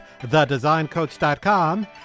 thedesigncoach.com